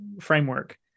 framework